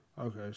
Okay